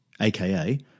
aka